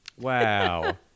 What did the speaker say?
Wow